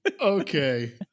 Okay